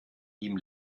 ihm